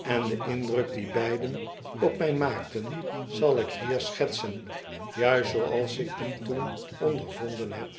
en den indruk die beiden op mij maakten zal ik hier schetsen juist zooals ik dien toen ondervonden heb